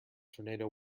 tornado